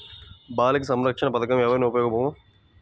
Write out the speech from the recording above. బాలిక సంరక్షణ పథకం ఎవరికి ఉపయోగము?